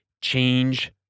change